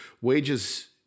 wages